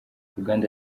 uruganda